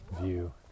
view